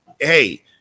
Hey